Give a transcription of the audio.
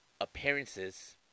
appearances